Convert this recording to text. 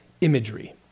Imagery